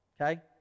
Okay